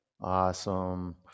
Awesome